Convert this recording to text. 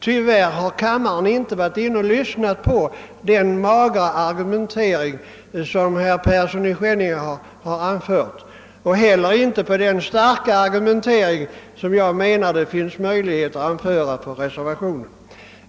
Tyvärr har kammarens ledamöter inte varit inne och lyssnat på den magra argumentering som herr Persson i Skänninge har fört och inte heller på den starka argumentering som det enligt min mening finns möjlighet att föra för reservationen.